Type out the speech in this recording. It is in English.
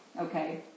Okay